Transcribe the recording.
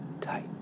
tight